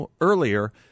earlier